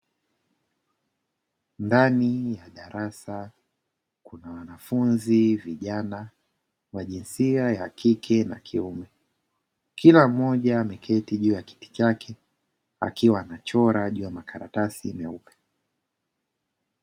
Ndani ya darasa kuna wanafunzi vijana wa jinsia ya kike na kiume, kila mmoja ameketi juu ya kiti chake akiwa anachora juu ya makaratasi meupe.